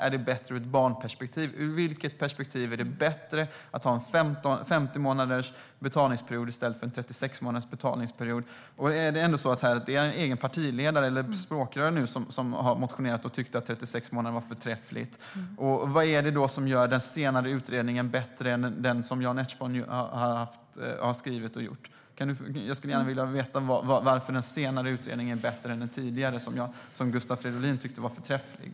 Är det bättre ur ett barnperspektiv? Ur vilket perspektiv är det bättre att ha en 50 månaders betalningsperiod i stället för en 36 månaders betalningsperiod? Det är ändå ert språkrör som har motionerat och tyckt att 36 månader är förträffligt. Vad är det då som gör den senare utredningen bättre än den som Jan Ertsborn har skrivit? Jag skulle gärna vilja veta varför den senare utredningen är bättre än den tidigare som Gustav Fridolin tyckte var förträfflig.